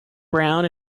brown